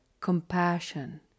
compassion